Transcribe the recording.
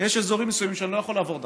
יש אזורים מסוימים שאני לא יכול לעבור דרכם.